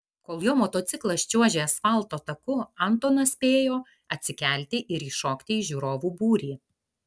kol jo motociklas čiuožė asfalto taku antonas spėjo atsikelti ir įšokti į žiūrovų būrį